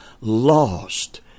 lost